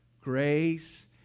grace